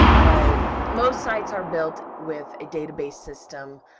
but, most sites are built with a database system,